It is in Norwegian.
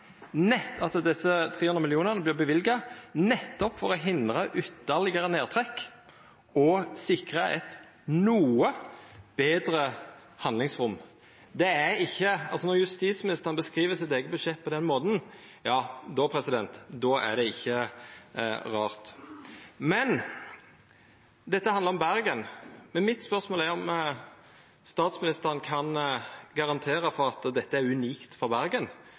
at desse 300 mill. kr vert løyvde: nettopp for å hindre at de får ytterligere nedtrekk, og sikre et noe bedre handlingsrom Når justisministeren beskriv sitt eige budsjett på den måten – ja, då er det ikkje rart. Dette handlar om Bergen, og mitt spørsmål er om statsministeren kan garantera for at dette er unikt for Bergen,